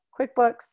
QuickBooks